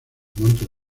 montes